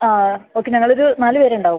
ആ ഓക്കെ ഞങ്ങളൊരു നാല് പേര് ഉണ്ടാകും